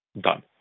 done